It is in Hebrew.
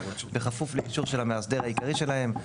בכפוף לאישור של המאסדר העיקרי שלהם,